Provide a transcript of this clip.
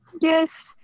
Yes